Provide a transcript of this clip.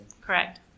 Correct